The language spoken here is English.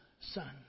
son